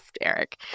Eric